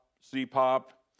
C-pop